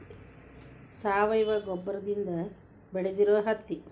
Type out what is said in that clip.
ಸಾವಯುವ ಗೊಬ್ಬರದಿಂದ ಬೆಳದಿರು ಹತ್ತಿ